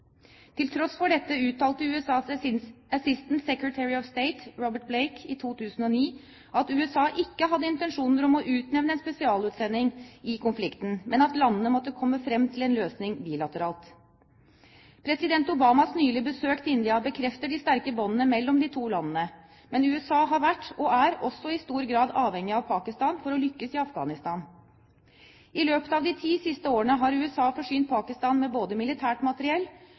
Til tross for dette uttalte USAs Assistant Secretary of State, Robert Blake, i 2009 at USA ikke hadde intensjoner om å utnevne en spesialutsending i konflikten, men at landene måtte komme frem til en løsning bilateralt. President Obamas nylige besøk til India bekrefter de sterke båndene mellom de to landene, men USA har vært og er også i stor grad avhengig av Pakistan for å lykkes i Afghanistan. I løpet av de ti siste årene har USA forsynt Pakistan med både militært materiell